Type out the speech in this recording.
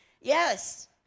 Yes